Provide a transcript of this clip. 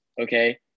okay